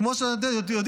כמו שאתם יודעים,